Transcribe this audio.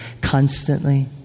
constantly